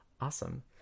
Awesome